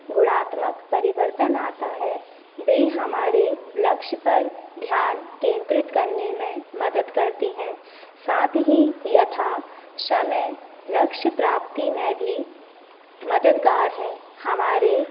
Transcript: गुणात्मक परिवर्तन आता है वे हमारे लक्ष्य पर ध्यान केंद्रित करने में मदद करती हैं साथ ही यथासमय लक्ष्य प्राप्ति में भी मददगार हैं हमारे